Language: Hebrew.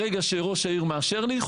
ברגע שראש העיר מאשר לי,